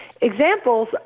examples